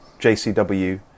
JCW